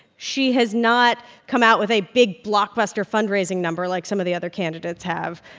she has not come out with a big blockbuster fundraising number like some of the other candidates have.